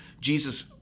Jesus